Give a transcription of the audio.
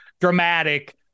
Dramatic